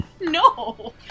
No